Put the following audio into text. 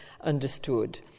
understood